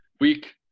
week